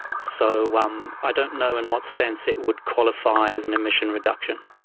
so um i don't know in what sense it would qualify as an emission reduction.